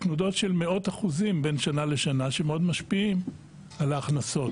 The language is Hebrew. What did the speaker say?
תנודות של מאות אחוזים בין שנה לשנה שמאוד משפיעים על ההכנסות,